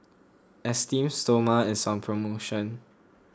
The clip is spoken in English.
Esteem Stoma is on promotion